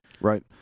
Right